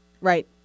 Right